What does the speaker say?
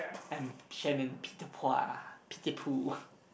I'm cannon Peter Pan Pitipool